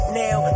now